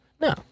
No